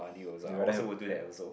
you rather have a pet